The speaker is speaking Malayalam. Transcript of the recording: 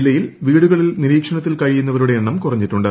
ജില്ലയിൽ വീടുകളിൽ നിരീക്ഷണത്തിൽ കഴിയുന്നവരുടെ എണ്ണം കുറഞ്ഞിട്ടുണ്ട്